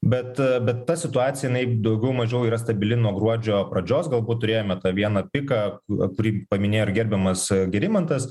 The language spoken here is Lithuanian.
bet bet ta situacija jinai daugiau mažiau yra stabili nuo gruodžio pradžios galbūt turėjome tą vieną piką kurį paminėjo ir gerbiamas gerimantas